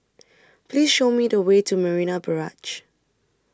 Please Show Me The Way to Marina Barrage